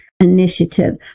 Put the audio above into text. Initiative